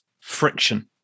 friction